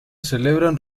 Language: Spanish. celebran